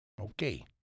Okay